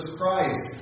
Christ